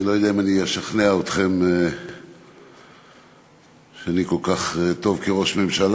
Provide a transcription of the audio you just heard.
אני לא יודע אם אני אשכנע אתכם שאני כל כך טוב כראש ממשלה,